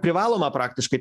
privaloma praktiškai